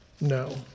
No